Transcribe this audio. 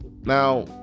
Now